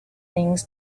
things